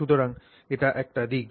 সুতরাং এটি একটি দিক